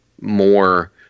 more